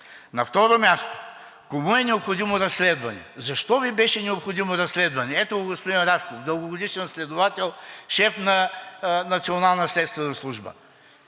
На второ място, кому е необходимо разследване? Защо Ви беше необходимо разследване? Ето го господин Рашков, дългогодишен следовател, шеф на Националната следствена служба.